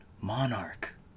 Monarch